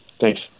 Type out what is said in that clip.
Thanks